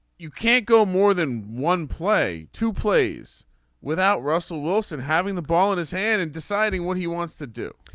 you can't go more than one play two plays without russell wilson having the ball in his hand and deciding what he wants to do.